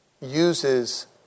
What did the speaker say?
uses